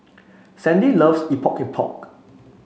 Sandy loves Epok Epok